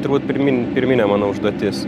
turbūt pirmin pirminė mano užduotis